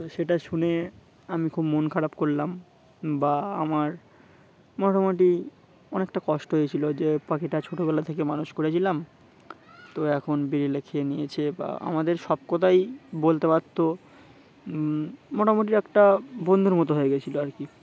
তো সেটা শুনে আমি খুব মন খারাপ করলাম বা আমার মোটামুটি অনেকটা কষ্ট হয়েছিলো যে পাখিটা ছোটোবেলা থেকে মানুষ করেছিলাম তো এখন বিড়িলে খেয়ে নিয়েছে বা আমাদের সব কথাই বলতে পারতো মোটামুটি একটা বন্ধুর মতো হয়ে গিয়েছিলো আর কি